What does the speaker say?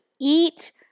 eat